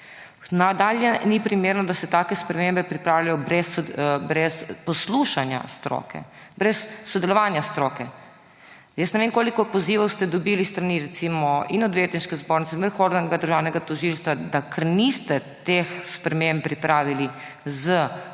Nadalje ni primerno, da se take spremembe pripravljajo brez poslušanja stroke, brez sodelovanja stroke. Ne vem, koliko pozivov ste dobili s strani recimo Odvetniške zbornice, Vrhovnega državnega tožilstva, da ker niste teh sprememb pripravili s